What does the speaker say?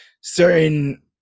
certain